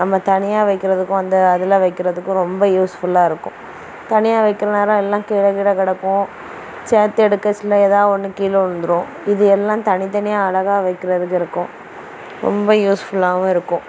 நம்ம தனியாக வைக்கிறதுக்கும் அந்த அதில் வைக்கிறதுக்கும் ரொம்ப யூஸ்ஃபுல்லாக இருக்கும் தனியாக வைக்கிற நேரம் எல்லாம் கீழே கீழே கிடக்கும் சேர்த்து எடுக்கச்சில ஏதா ஒன்று கீழே விலுந்துரும் இது எல்லாம் தனித்தனியாக அழகா வைக்கிறதுக்கு இருக்கும் ரொம்ப யூஸ்ஃபுல்லாகவும் இருக்கும்